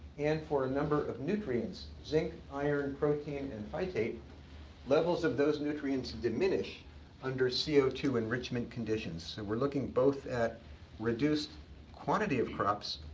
and for a number of nutrients zinc, iron, protein, and phytate levels of those nutrients diminish under c o two enrichment conditions. so and we're looking both at reduced quantity of crops,